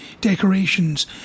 decorations